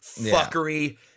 fuckery